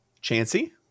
chancy